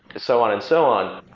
so on and so on.